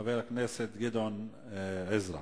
חבר הכנסת גדעון עזרא.